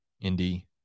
Indy